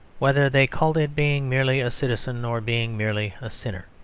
whether they called it being merely a citizen or being merely a sinner.